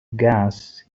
gas